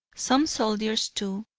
some soldiers too,